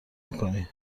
میکنی